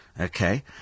Okay